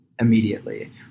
immediately